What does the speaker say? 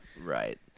Right